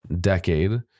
decade